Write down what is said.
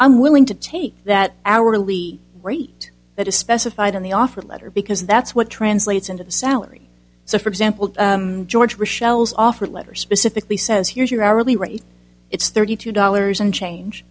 i'm unwilling to take that hourly rate that is specified in the offer letter because that's what translates into salary so for example george michelle's offer letter specifically says here's your hourly rate it's thirty two dollars and change